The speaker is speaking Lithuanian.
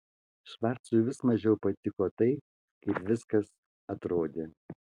švarcui vis mažiau patiko tai kaip viskas atrodė